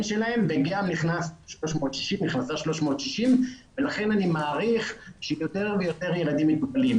שלהם וגם נכנס 360 ולכן אני מעריך שיותר ויותר ילדים מטופלים.